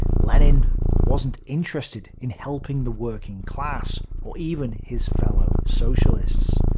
lenin wasn't interested in helping the working class, or even his fellow socialists.